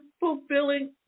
fulfilling